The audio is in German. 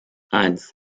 eins